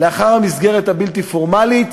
לאחר המסגרת הפורמלית,